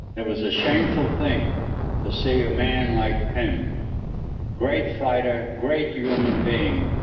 it was a shamefull thing to see a man like him great fighter, great human being.